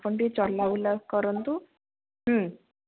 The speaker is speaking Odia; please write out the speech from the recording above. ଆପଣ ଟିକିଏ ଚଲାବୁଲା କରନ୍ତୁ